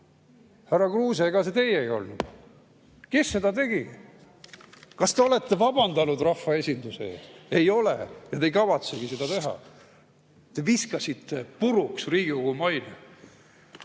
härra Kruuse, teie ei olnud? Kes seda tegi? Kas te olete vabandanud rahvaesinduse ees? Ei ole ja te ei kavatsegi seda teha. Te viskasite puruks Riigikogu maine.